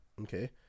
Okay